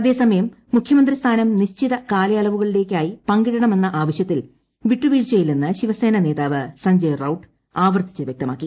അതേസമയം മുഖ്യമന്ത്രി സ്ഥാനം നിശ്ചിരു കാല്യളവുകളിലേക്കായി പങ്കിടണമെന്ന ആവശ്യത്തിൽ വിട്ടുവീഴ്പ്പിയില്ലെന്ന് ശിവസേന നേതാവ് സഞ്ജയ് റൌട്ട് ആവർത്തിച്ച് വ്യക്തമാക്കി